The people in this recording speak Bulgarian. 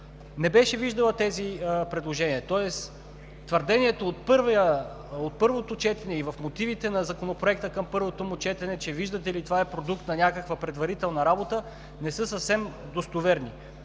не беше виждала тези предложения. Тоест твърдението от първото четене и в мотивите на Законопроекта към първото му четене, че виждате ли, това е продукт на някаква предварителна работа, не са съвсем достоверни.